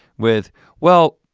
with well,